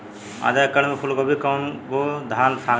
आधा एकड़ में फूलगोभी के कव गो थान लागी?